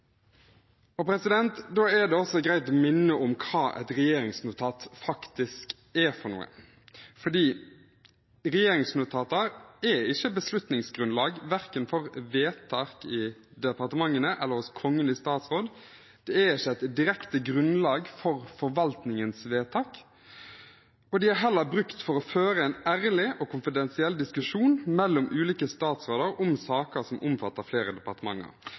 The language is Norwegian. er også greit å minne om hva et regjeringsnotat faktisk er. Regjeringsnotater er ikke beslutningsgrunnlag, verken for vedtak i departementene eller hos Kongen i statsråd, det er ikke et direkte grunnlag for forvaltningens vedtak. De er heller brukt for å føre en ærlig og konfidensiell diskusjon mellom ulike statsråder om saker som omfatter flere departementer.